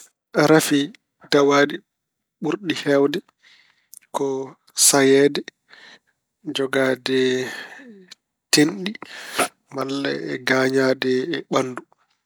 Rafi dawaaɗi ɓurɗi heewde ko sayeede, jogaade tenɗi malla e gañaade e ɓanndu.